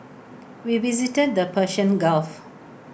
we visited the Persian gulf